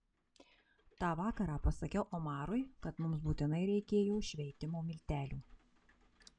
tą vakarą pasakiau omarui kad mums būtinai reikėjo šveitimo miltelių